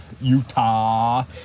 Utah